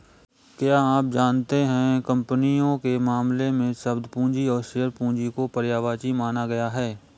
क्या आप जानते है कंपनियों के मामले में, शब्द पूंजी और शेयर पूंजी को पर्यायवाची माना गया है?